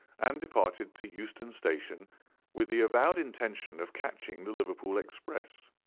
and departed to euston station with the avowed intention of catching the liverpool express.